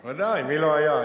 ודאי, מי לא היה?